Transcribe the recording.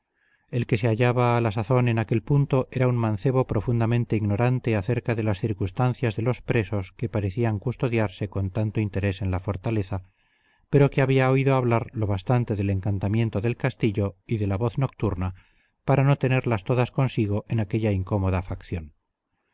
el que se hallaba a la sazón en aquel punto era un mancebo profundamente ignorante acerca de las circunstancias de los presos que parecían custodiarse con tanto interés en la fortaleza pero que había oído hablar lo bastante del encantamiento del castillo y de la voz nocturna para no tenerlas todas consigo en aquella incómoda facción